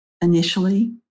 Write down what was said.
initially